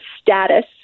status